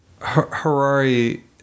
Harari